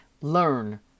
learn